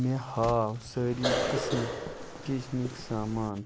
مےٚ ہاو سٲری قٕسمٕکۍ کِچنٕکۍ سامان